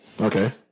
okay